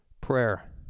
prayer